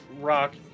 rock